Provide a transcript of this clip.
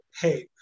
hey